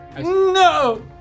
No